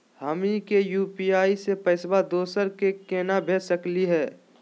हमनी के यू.पी.आई स पैसवा दोसरा क केना भेज सकली हे?